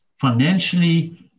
Financially